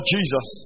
Jesus